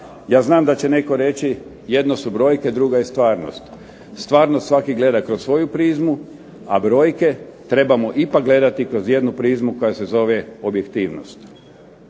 Ja znam da će netko reći jedno su brojke drugo je stvarnost. Stvarnost svaki gleda kroz svoju prizmu, a brojke trebamo ipak gledati kroz jednu prizmu koja se zove objektivnost.